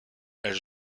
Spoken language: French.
elle